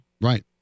Right